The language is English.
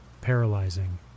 paralyzing